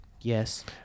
yes